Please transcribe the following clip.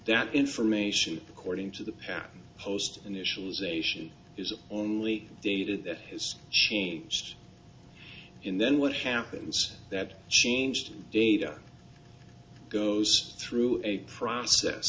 that information according to the patent post initialization is the only data that has changed in then what happens that changed data goes through a process